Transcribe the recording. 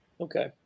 Okay